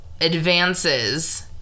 advances